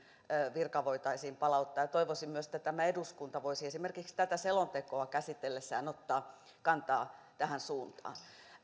virka voitaisiin palauttaa ja toivoisin myös että tämä eduskunta voisi esimerkiksi tätä selontekoa käsitellessään ottaa kantaa tähän suuntaan